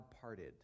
parted